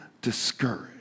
discouraged